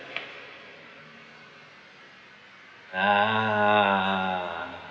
ah